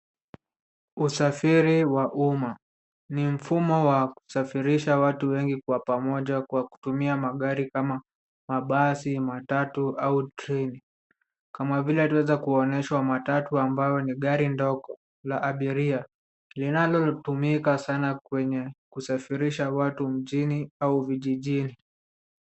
Usafiri wa umma ni mfumo wa kusafirisha watu wengi kuwa pamoja kwa kutumia magari kama mabasi, matatu au treni kama vile tuweza kuonyeshwa matatu ambayo ni gari ndogo la abiria linalotumika sana kwenye kusafirisha watu mjini au vijijini.